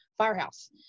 Firehouse